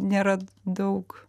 nėra daug